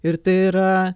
ir tai yra